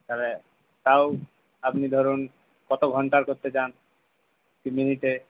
তাহলে তাও আপনি ধরুন কত ঘণ্টার করতে চান কি মিনিটে